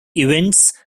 events